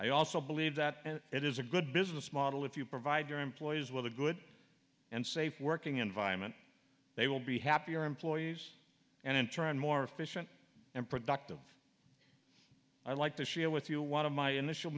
i also believe that it is a good business model if you provide your employees with a good and safe working environment they will be happier employees and in turn more efficient and productive i'd like to share with you one of my initial